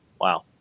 Wow